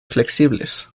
flexibles